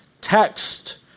text